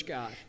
God